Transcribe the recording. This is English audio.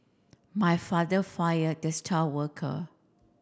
my father fired the star worker